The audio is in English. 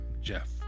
Jeff